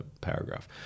paragraph